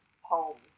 homes